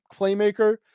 playmaker